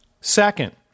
Second